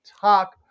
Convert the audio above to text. talk